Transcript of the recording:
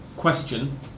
question